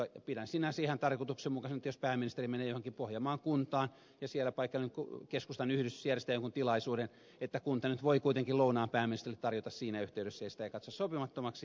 pidän sinänsä ihan tarkoituksenmukaisena että jos pääministeri menee johonkin pohjanmaan kuntaan ja siellä paikallinen keskustan yhdistys järjestää jonkun tilaisuuden niin kunta nyt voi kuitenkin lounaan pääministerille tarjota siinä yhteydessä ja sitä ei katsota sopimattomaksi